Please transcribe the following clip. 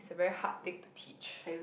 the very hard thing to teach